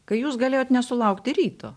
kai jūs galėjote nesulaukti ryto